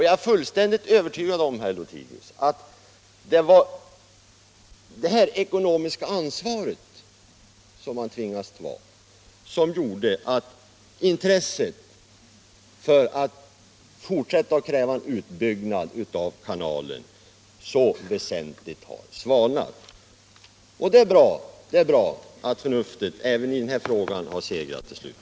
Jag är fullständigt övertygad om, herr Lothigius, att det är anledningen till att intresset för att fortsätta att kräva en utbyggnad av kanalen så väsentligt har svalnat.